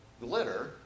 glitter